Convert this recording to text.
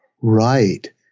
Right